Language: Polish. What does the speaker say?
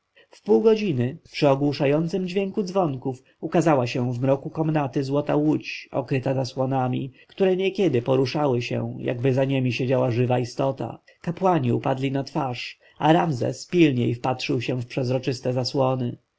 w pół godziny przy ogłuszającym dźwięku dzwonków ukazała się w mroku komnaty złota łódź okryta zasłonami które niekiedy poruszały się jakby za niemi siedziała żywa istota kapłani upadli na twarz a ramzes pilniej wpatrywał się w przezroczyste zasłony